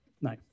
No